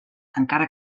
encara